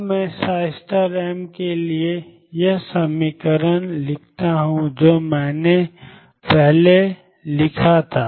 अब मैं m के लिए समीकरण लिखता हूं 22md2mdx2VxmEmm जो मैंने पहले किया था